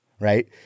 right